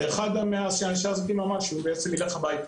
אחד מאנשי העסקים אמר שהוא בעצם ילך הביתה,